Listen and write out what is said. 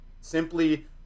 simply